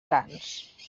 cants